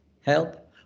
help